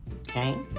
Okay